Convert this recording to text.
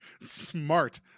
Smart